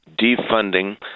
defunding